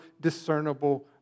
discernible